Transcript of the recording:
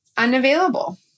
unavailable